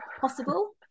possible